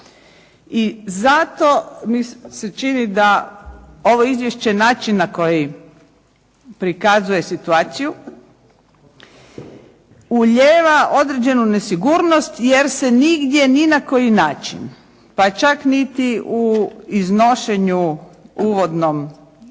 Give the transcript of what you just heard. I zato mi se čini da ovo izvješće, način na koji prikazuje situaciju ulijeva određenu nesigurnost jer se nigdje ni na koji način, pa čak niti u iznošenju uvodnom ove